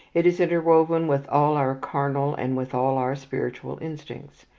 it is interwoven with all our carnal and with all our spiritual instincts.